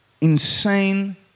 insane